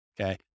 okay